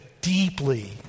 deeply